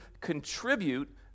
contribute